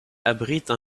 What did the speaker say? abrite